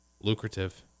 Lucrative